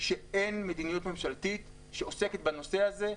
שאין מדיניות ממשלתית שעוסקת בנושא הזה.